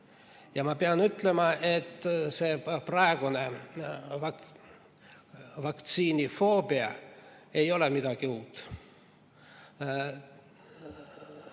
Ja ma pean ütlema, et see praegune vaktsiinifoobia ei ole midagi uut.